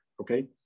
okay